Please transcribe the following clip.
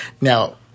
Now